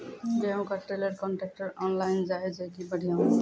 गेहूँ का trailer contractor online जाए जैकी बढ़िया हुआ